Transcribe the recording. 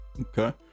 okay